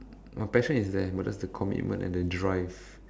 my passion is there but just the commitment and the drive